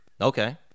Okay